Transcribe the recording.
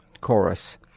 Chorus